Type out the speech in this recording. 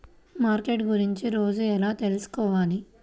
Market గురించి రోజు ఎలా తెలుసుకోవాలి?